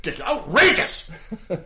Outrageous